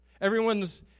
everyone's